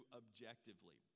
objectively